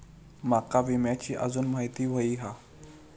माका विम्याची आजून माहिती व्हयी हा?